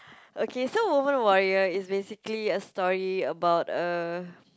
okay so Woman-Warrior is basically a story about a